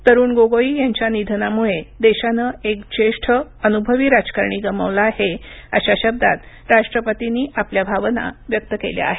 तरुण गोगोई यांच्या निधनामुळे देशानं एक ज्येष्ठ अनुभवी राजकारणी गमावला आहे अशा शब्दात राष्ट्रपतींनी आपल्या भावना व्यक्त केल्या आहेत